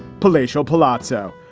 palatial palazzo,